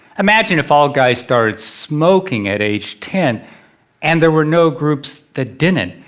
imagine if all guys started smoking at age ten and there were no groups that didn't.